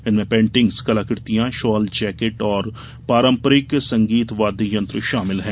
इनमें पेण्टिंग्स कलाकृतियां shawl jacket और पारंपरिक संगीत वाद्य यंत्र शामिल हैं